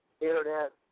Internet